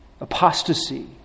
apostasy